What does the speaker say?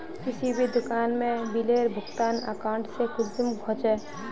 किसी भी दुकान में बिलेर भुगतान अकाउंट से कुंसम होचे?